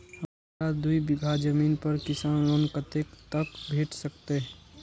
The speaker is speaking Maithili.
हमरा दूय बीगहा जमीन पर किसान लोन कतेक तक भेट सकतै?